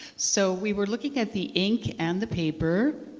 so we were looking at the ink and the paper.